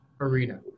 arena